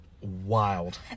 wild